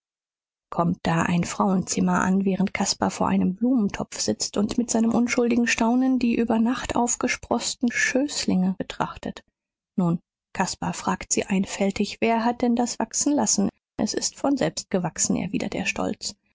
kommt da ein frauenzimmer an während caspar vor einem blumentopf sitzt und mit seinem unschuldigen staunen die über nacht aufgesproßten schößlinge betrachtet nun caspar fragt sie einfältig wer hat denn das wachsen lassen es ist von selbst gewachsen erwidert er stolz